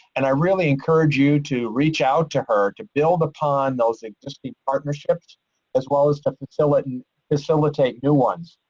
and i really encourage you to reach out to her to build upon those existing partnerships as well as to facilitate and facilitate new ones.